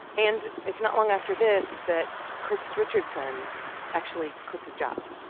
and it's not long after this that chris richardson actually quits his job.